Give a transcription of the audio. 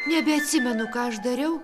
nebeatsimenu ką aš dariau